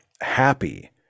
happy